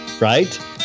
right